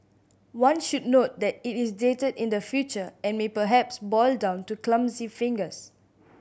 one should note that it is dated in the future and may perhaps boil down to clumsy fingers